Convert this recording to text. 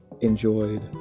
enjoyed